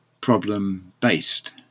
problem-based